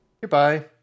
Goodbye